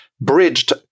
bridged